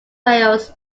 wales